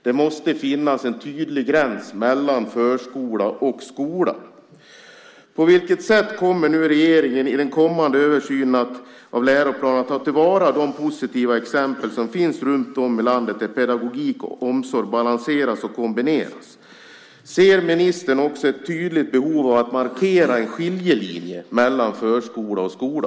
Det måste finnas en tydlig gräns mellan förskola och skola. På vilket sätt kommer regeringen i den kommande översynen av läroplanen att ta till vara de positiva exempel som finns runtom i landet där pedagogik och omsorg balanseras och kombineras? Ser också ministern ett tydligt behov av att markera en skiljelinje mellan förskola och skola?